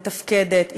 מתפקדת,